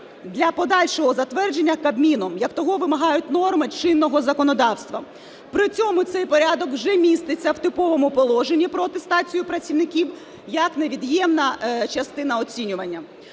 для подальшого затвердження Кабміном, як того вимагають норми чинного законодавства. При цьому цей порядок вже міститься в типовому положенні про атестацію працівників як невід'ємна частина оцінювання.